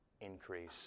increase